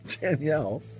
Danielle